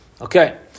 Okay